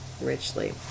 Richly